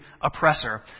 oppressor